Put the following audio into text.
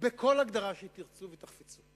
בכל הגדרה שתרצו ותחפצו.